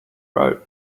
robe